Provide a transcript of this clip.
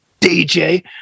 DJ